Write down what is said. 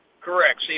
Correct